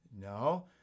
No